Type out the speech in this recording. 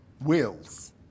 wills